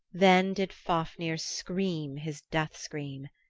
then did fafnir scream his death scream.